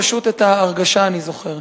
פשוט, את ההרגשה אני זוכר.